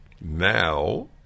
Now